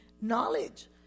knowledge